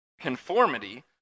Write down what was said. conformity